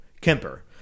Kemper